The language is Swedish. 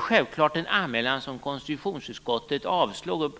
Självfallet avslog konstitutionsutskottet anmälan.